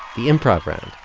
the improv round,